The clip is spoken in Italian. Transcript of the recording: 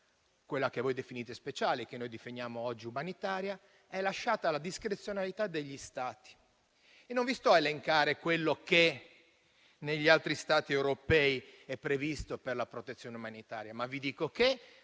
quella che voi definite speciale e che noi definiamo oggi umanitaria, è lasciata alla discrezionalità degli Stati. Non vi sto ad elencare quello che negli altri Stati europei è previsto per la protezione umanitaria, ma vi dico che